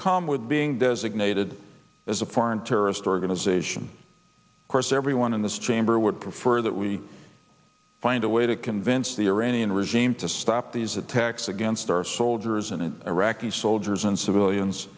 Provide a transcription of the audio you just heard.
come with being designated as a foreign terrorist organization course everyone in this chamber would prefer that we find a way to convince the iranian regime to stop these attacks against our soldiers and iraqi soldiers and civilians